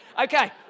okay